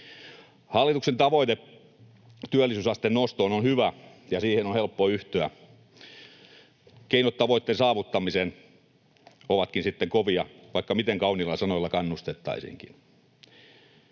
Hallituksen tavoite työllisyysasteen nostoon on hyvä, ja siihen on helppo yhtyä. Keinot tavoitteen saavuttamiseen ovatkin sitten kovia, vaikka miten kauniilla sanoilla kannustettaisiinkin.